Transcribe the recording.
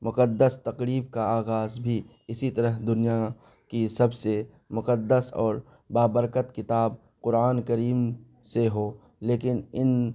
مقدس تقریب کا آغاز بھی اسی طرح دنیا کی سب سے مقدس اور بابرکت کتاب قرآن کریم سے ہو لیکن ان